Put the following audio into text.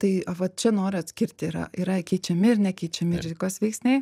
tai va čia noriu atskirti yra yra keičiami ir nekeičiami rizikos veiksniai